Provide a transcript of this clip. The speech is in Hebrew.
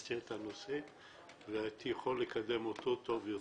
שתפסתי את הנושא והייתי יכול לקדם אותו טוב יותר.